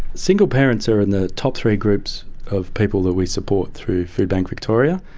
single parents are in the top three groups of people that we support through foodbank victoria.